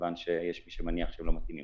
כיוון שיש מי שמניח שהם לא מתאימים.